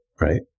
Right